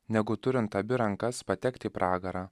negu turint abi rankas patekti į pragarą